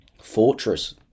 fortress